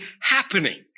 happening